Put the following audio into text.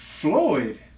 Floyd